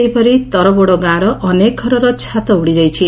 ସେହିପରି ତରବୋଡ଼ ଗାଁର ଅନେକ ଘରର ଛାତ ଉଡ଼ିଯାଇଛି